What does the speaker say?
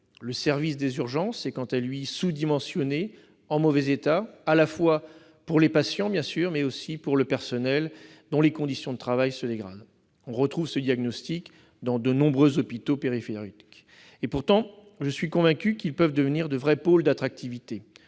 Le service des urgences est, quant à lui, sous-dimensionné et en mauvais état pour les patients et le personnel, dont les conditions de travail se dégradent. On retrouve ce diagnostic dans de nombreux hôpitaux périphériques. Pourtant, je suis convaincu que ceux-ci peuvent devenir de véritables pôles d'attractivité.